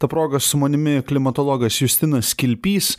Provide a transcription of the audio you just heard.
ta proga su manimi klimatologas justinas kilpys